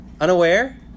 Unaware